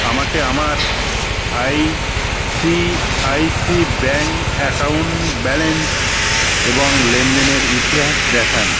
আমাকে আমার ICICI bank account balance এবং লেনদেনের ইতিহাস দেখান